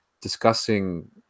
discussing